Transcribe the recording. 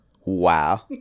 Wow